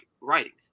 writings